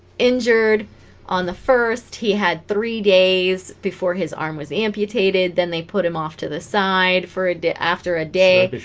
injured on the first he had three days before his arm was amputated then they put him off to the side for a day after a day